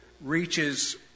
reaches